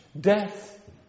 Death